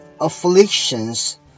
afflictions